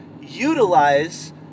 utilize